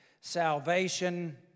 salvation